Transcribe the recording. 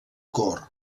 cort